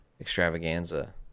extravaganza